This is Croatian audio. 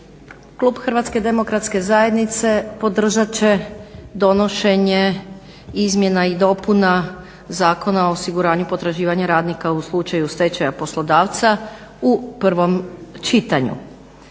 Klub HDZ-a podržat će donošenje izmjena i dopuna Zakona o osiguranju potraživanja radnika u slučaju stečaja poslodavca u prvom čitanju.